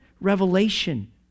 revelation